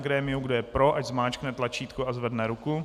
Kdo je pro, ať zmáčkne tlačítko a zvedne ruku.